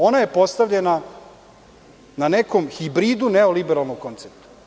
Ona je postavljena na nekom hibridu neoliberalnog koncepta.